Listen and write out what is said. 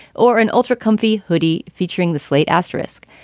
or an ultra comfy hoodie featuring the slate asterisk.